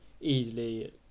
easily